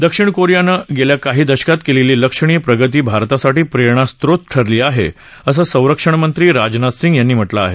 दक्षिण कोरियानं गेल्या काही दशकात केलेली लक्षणीय प्रगती भारतासाठी प्रेरणास्त्रोत ठरली आहे असं संरक्षण मंत्री राजनाथ सिंग यांनी म्हटलं आहे